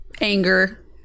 Anger